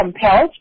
compelled